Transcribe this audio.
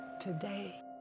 today